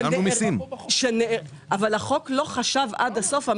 אבל החוק לא חשב עד הסוף.